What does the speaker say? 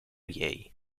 jej